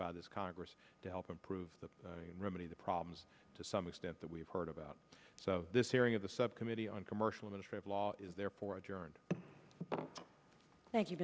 by this congress to help improve the remedy the problems to some extent that we've heard about so this hearing of the subcommittee on commercial ministry of law is therefore adjourned thank you